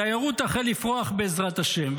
התיירות תחל לפרוח בעזרת השם,